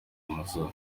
amazuru